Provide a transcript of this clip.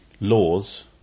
laws